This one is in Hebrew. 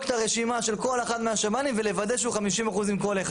את הרשימה של כל אחד מהשב"נים ולוודא שהוא 50% עם כל אחד.